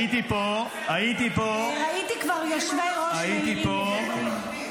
הייתי פה --- ראיתי כבר יושבי-ראש מעירים.